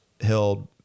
held